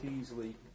easily